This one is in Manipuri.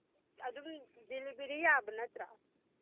ꯑꯗꯨꯝ ꯗꯤꯂꯤꯕꯔꯤ ꯌꯥꯕ ꯅꯠꯇ꯭ꯔꯣ